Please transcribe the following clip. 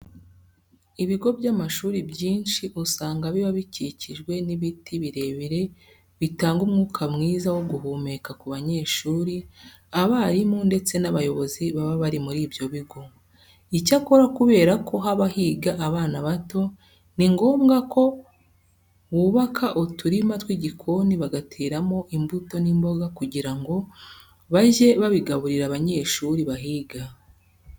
Ibigo by'amashuri byinshi usanga biba bikikijwe n'ibiti birebire bitanga umwuka mwiza wo guhumeka ku banyeshuri, abarimu ndetse n'abayobozi baba bari muri ibyo bigo. Icyakora kubera ko haba higa abana bato ni ngombwa ko bubaka uturima tw'igikoni bagateramo imbuto n'imboga kugira ngo bajye babigaburira abanyeshuri bahiga.